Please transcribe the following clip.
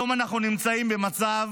היום אנחנו נמצאים במצב